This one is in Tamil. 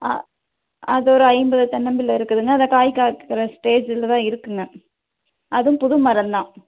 ஆ அது ஒரு ஐம்பது தென்னம்பிள்ளை இருக்குதுங்க அந்த காய் காய்க்கிற ஸ்டேஜ்ஜில் தான் இருக்குதுங்க அதுவும் புது மரம் தான்